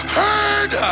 heard